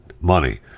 money